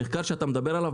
המחקר שאתה מדבר עליו,